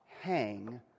hang